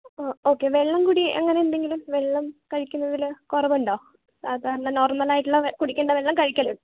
okay വെള്ളം കുടി അങ്ങനെ എന്തെങ്കിലും വെള്ളം കഴിക്കുന്നതിൽ കുറവുണ്ടോ സാധാരണ നോർമൽ ആയിട്ടുള്ള കുടിക്കണ്ട വെള്ളം കഴിക്കൽ